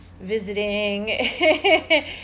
visiting